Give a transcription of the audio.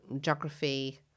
geography